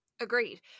Agreed